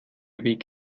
weg